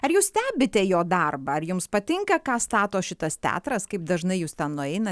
ar jūs stebite jo darbą ar jums patinka ką stato šitas teatras kaip dažnai jūs ten nueinat